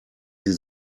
sie